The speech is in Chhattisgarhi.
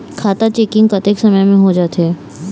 खाता चेकिंग कतेक समय म होथे जाथे?